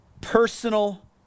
personal